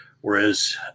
whereas